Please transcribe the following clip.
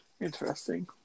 Interesting